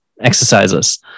exercises